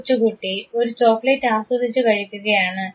ഈ കൊച്ചു കുട്ടി ഒരു ചോക്ലേറ്റ് ആസ്വദിച്ചു കഴിക്കുകയാണ്